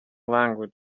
language